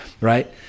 Right